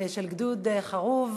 של גדוד חרוב.